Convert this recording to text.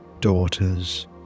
daughters